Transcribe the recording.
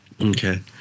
Okay